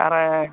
ᱟᱨ